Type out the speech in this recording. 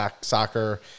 soccer